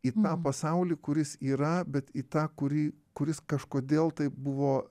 į tą pasaulį kuris yra bet į tą kurį kuris kažkodėl tai buvo